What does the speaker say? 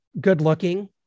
good-looking